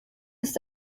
ist